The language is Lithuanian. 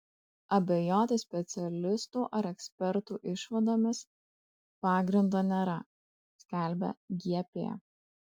abejoti specialistų ar ekspertų išvadomis pagrindo nėra skelbia gp